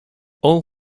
all